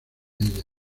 ella